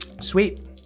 Sweet